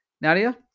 Nadia